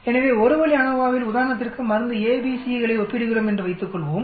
எனவே ஒரு வழி அநோவாவில் உதாரணத்திற்கு மருந்து ஏ பி சி களை ஒப்பிடுகிறோம் என்று வைத்துக்கொள்வோம்